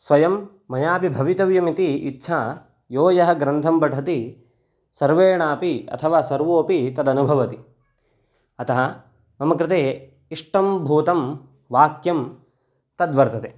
स्वयं मयापि भवितव्यमिति इच्छा यो यः ग्रन्थं पठति सर्वेणापि अथवा सर्वोपि तदनुभवति अतः मम कृते इष्टं भूतं वाक्यं तद्वर्तते